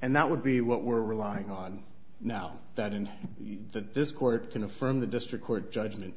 and that would be what we're relying on now that in this court can affirm the district court judgment